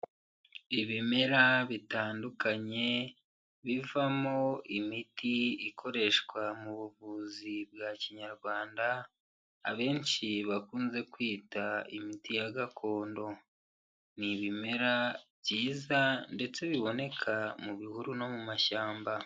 Ibimera bitandukanye bivamo imiti ikoreshwa mu buvuzi bwa kinyarwanda, abenshi bakunze kwita imiti ya gakondo, ni ibimera byiza ndetse biboneka mu bihuru no mu mashyamba.